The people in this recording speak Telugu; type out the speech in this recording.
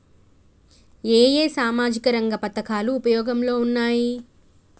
ఏ ఏ సామాజిక రంగ పథకాలు ఉపయోగంలో ఉన్నాయి?